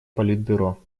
политбюро